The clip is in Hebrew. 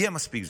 יהיה מספיק זמן.